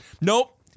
nope